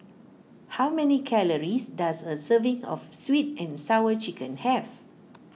how many calories does a serving of Sweet and Sour Chicken have